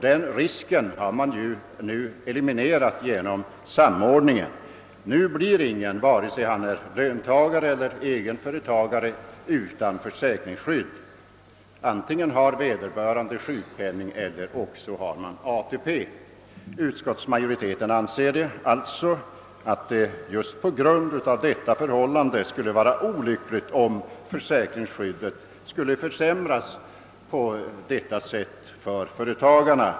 Den risken är nu eliminerad genom samordningen. Nu blir ingen, oavsett om han är löntagare eller egen företagare, utan försäkringsskydd. Vederbörande har antingen sjukpenning eller ATP. Med hänsyn härtill har utskottsmajoriteten ansett att det vore olyckligt om försäkringsskyddet för företagarna försämrades.